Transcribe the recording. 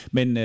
Men